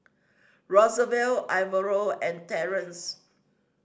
Rosevelt Alvaro and Terrence